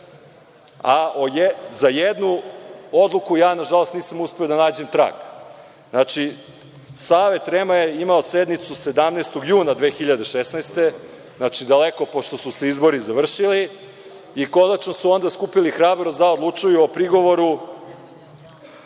Za jednu odluku, nažalost nisam uspeo da nađem trag. Savet REM je imao sednicu 17. juna 2016. godine, dakle daleko pošto su se izbori završili i konačno su onda skupili hrabrost da odlučuju o prigovoru